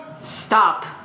Stop